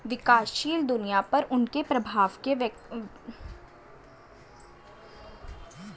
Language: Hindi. विकासशील दुनिया पर उनके प्रभाव के लिए व्यापार बाधाओं की अक्सर आलोचना की जाती है